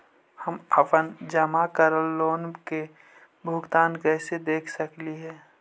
हम अपन जमा करल लोन के भुगतान कैसे देख सकली हे?